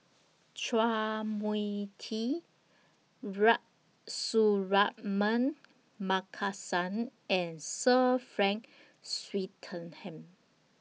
Chua Mia Tee Suratman Markasan and Sir Frank Swettenham